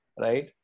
right